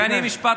נא לסיים.